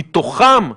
מתוכם פיתחו,